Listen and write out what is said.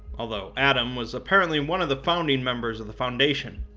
although adam was apparently and one of the founding members of the foundation,